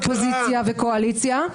אופוזיציה וקואליציה,